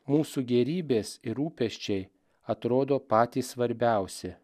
mūsų gėrybės ir rūpesčiai atrodo patys svarbiausi